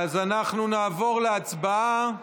אז אנחנו נעבור להצבעה.